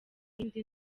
yindi